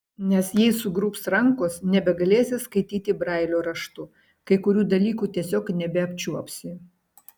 nes jei sugrubs rankos nebegalėsi skaityti brailio raštu kai kurių dalykų tiesiog nebeapčiuopsi